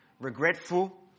regretful